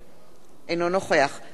אינו נוכח יובל שטייניץ,